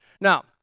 Now